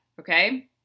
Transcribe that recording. Okay